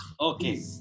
Okay